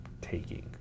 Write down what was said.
taking